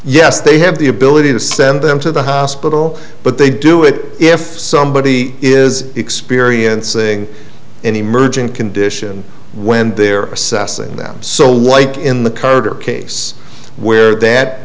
yes they have the ability to send them to the hospital but they do it if somebody is experiencing an emerging condition when they're assessing them so like in the carter case where that